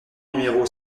numéro